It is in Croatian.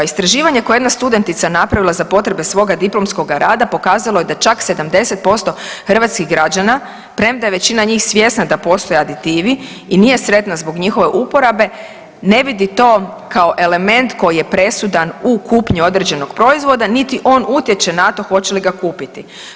Istraživanje koje je jedna studentica napravila za potrebe svoga diplomskog rada pokazalo je da čak 70% hrvatskih građana, premda je većina njih svjesna da postoje aditivi i nije sretna zbog njihove uporabe, ne vidi to kao element koji je presudan u kupnji određenog proizvoda niti on utječe na to hoće li ga kupiti.